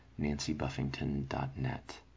nancybuffington.net